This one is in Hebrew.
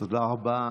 תודה רבה.